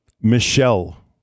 Michelle